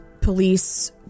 police